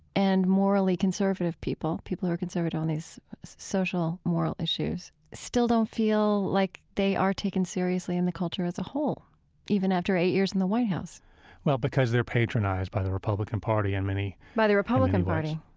and morally conservative people, people who are conservative on these social moral issues, still don't feel like they are taken seriously in the culture as a whole even after eight years in the white house well, because they're patronized by the republican party in many ways by the republican party?